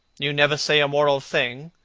you never say a moral thing,